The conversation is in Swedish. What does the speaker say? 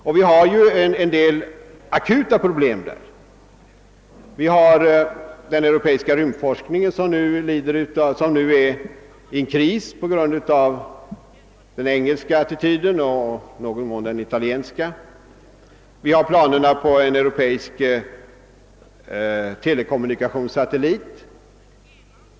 Det finns ju där en del aktuella problem, t.ex. den europeiska rymdforskningen som nu på grund av den engelska och i någon mån även den italienska attityden befinner sig i en kris. Det föreligger också planer på en europeisk telekommunikationssatellit.